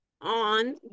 on